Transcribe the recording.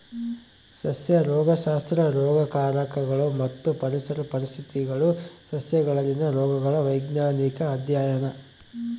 ಸಸ್ಯ ರೋಗಶಾಸ್ತ್ರ ರೋಗಕಾರಕಗಳು ಮತ್ತು ಪರಿಸರ ಪರಿಸ್ಥಿತಿಗುಳು ಸಸ್ಯಗಳಲ್ಲಿನ ರೋಗಗಳ ವೈಜ್ಞಾನಿಕ ಅಧ್ಯಯನ